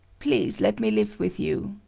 please let me live with you,